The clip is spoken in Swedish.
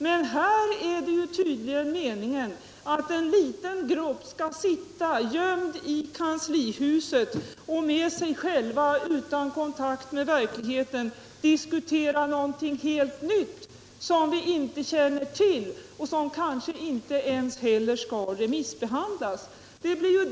Men här är det tydligen meningen att en liten grupp skall sitta gömd i kanslihuset och med sig själv, utan kontakt med verkligheten, diskutera någonting helt nytt, något som kanske inte ens skall remissbehandlas.